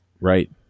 Right